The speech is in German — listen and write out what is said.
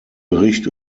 bericht